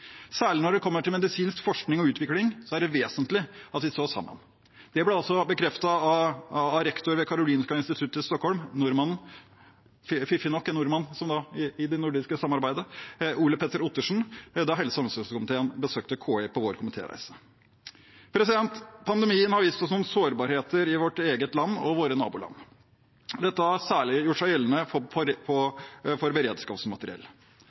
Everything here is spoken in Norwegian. Særlig når det kommer til medisinsk forskning og utvikling, er det vesentlig at vi står sammen. Det ble altså bekreftet av rektor ved Karolinska Institutet i Stockholm, nordmannen Ole Petter Ottersen – fiffig nok en nordmann, i det nordiske samarbeidet – da helse- og omsorgskomiteen besøkte Karolinska Institutet på vår komitéreise. Pandemien har vist oss noen sårbarheter i vårt eget land og i våre naboland. Dette har særlig gjort seg gjeldende for